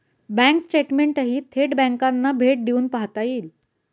bank स्टेटमेंटही थेट बँकांना भेट देऊन पाहता येईल